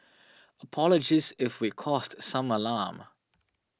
apologies if we caused some alarm